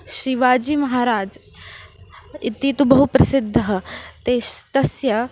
शिवाजीमहाराज् इति तु बहु प्रसिद्धः ते तस्य